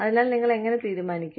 അതിനാൽ നിങ്ങൾ എങ്ങനെ തീരുമാനിക്കും